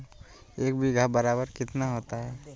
एक बीघा बराबर कितना होता है?